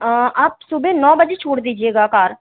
आप सुबह नौ बजे छोड़ दीजिएगा कार